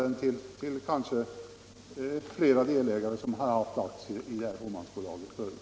den det ej vill röstar nej. 150 den det ej vill röstar nej.